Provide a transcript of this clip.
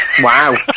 Wow